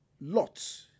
lots